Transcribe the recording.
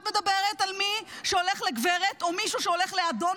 את מדברת על מי שהולך לגברת או על מישהו שהולך לאדון,